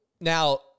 now